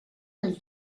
nel